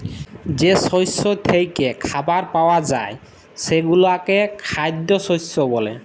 যে শস্য থ্যাইকে খাবার পাউয়া যায় সেগলাকে খাইদ্য শস্য ব্যলে